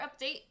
update